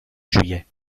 juillet